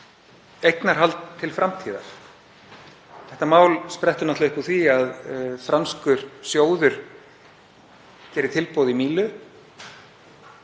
eignarhald til framtíðar. Þetta mál sprettur upp úr því að franskur sjóður gerir tilboð í Mílu.